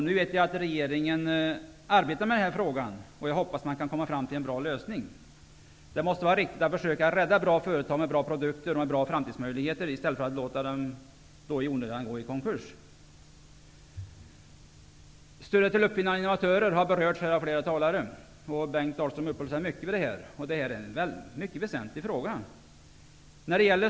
Nu vet jag att regeringen arbetar med den här frågan, och jag hoppas att man kan komma fram till en bra lösning. Det måste vara riktigt att försöka rädda bra företag med bra produkter och med framtidsmöjligheter, i stället för att låta dessa gå i konkurs i onödan. Stödet till uppfinnare och innovatörer har redan berörts här av flera talare. Bengt Dalström uppehöll sig mycket vid den frågan. Det är en mycket väsentlig fråga.